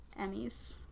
Emmys